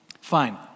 Fine